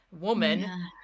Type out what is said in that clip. woman